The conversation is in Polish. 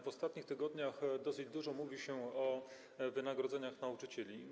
W ostatnich tygodniach dosyć dużo mówi się o wynagrodzeniach nauczycieli.